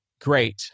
Great